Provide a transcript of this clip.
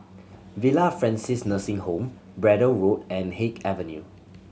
Villa Francis Nursing Home Braddell Road and Haig Avenue